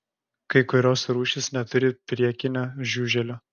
kai kurios rūšys neturi priekinio žiuželio